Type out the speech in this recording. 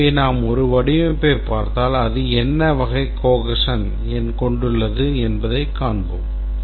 எனவே நாம் ஒரு வடிவமைப்பைப் பார்த்தால் அது என்ன வகை cohesion கொண்டுள்ளது என்பதைக் காண்போம்